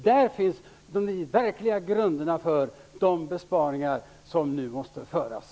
Där finns de verkliga grunderna för de besparingar som nu måste göras.